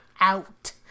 out